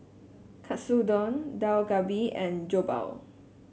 Katsudon Dak Galbi and Jokbal